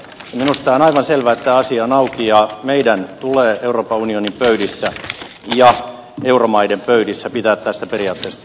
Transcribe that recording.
minusta on aivan selvää että tämä asia on auki ja meidän tulee euroopan unionin pöydissä ja euromaiden pöydissä pitää tästä periaatteesta tiukasti kiinni